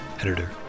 editor